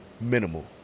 minimal